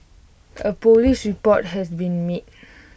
A Police report has been made